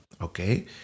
okay